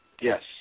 Yes